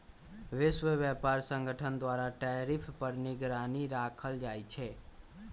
विश्व व्यापार संगठन द्वारा टैरिफ पर निगरानी राखल जाइ छै